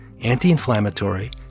anti-inflammatory